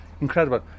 Incredible